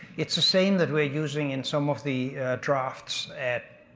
it's a saying that we're using in some of the drafts at.